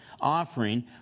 offering